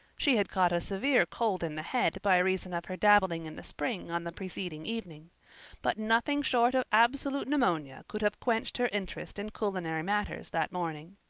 she had caught a severe cold in the head by reason of her dabbling in the spring on the preceding evening but nothing short of absolute pneumonia could have quenched her interest in culinary matters that morning.